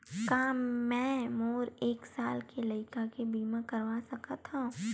का मै मोर एक साल के लइका के बीमा करवा सकत हव?